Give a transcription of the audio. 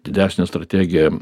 didesnę strategiją